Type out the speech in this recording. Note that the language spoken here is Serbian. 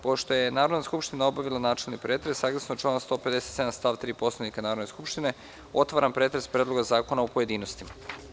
Pošto je Narodna skupština obavila načelni pretres, saglasno članu 157. stav 3 Poslovnika Narodne skupštine, otvaram pretres Predloga zakona u pojedinostima.